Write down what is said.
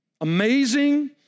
Amazing